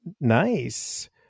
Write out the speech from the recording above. nice